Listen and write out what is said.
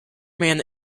man